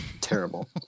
Terrible